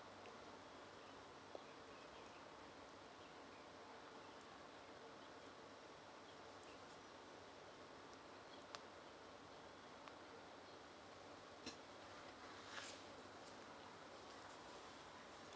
uh